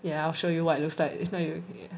yeah I'll show you what it looks like next time you